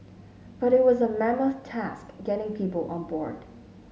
but it was a mammoth task getting people on board